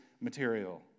material